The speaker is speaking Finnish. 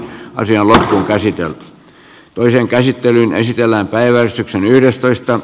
karjala käsitellä toisen käsittelyn esitellään päiväystyksen yhdestoista